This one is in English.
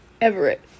Everett